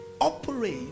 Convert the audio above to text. operate